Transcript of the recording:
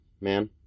man